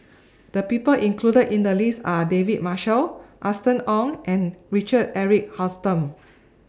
The People included in The list Are David Marshall Austen Ong and Richard Eric Holttum